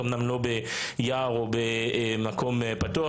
אומנם היא לא הייתה ביער או במקום פתוח,